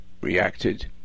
reacted